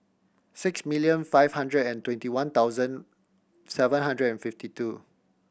six million five hundred and twenty one thousand seven hundred and fifty two